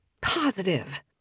positive